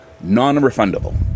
non-refundable